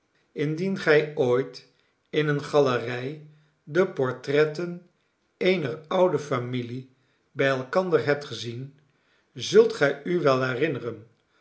indien gij ooit in eene galerij de portretten eener oude familie bij elkander hebt gezien zult gij u wel herinneren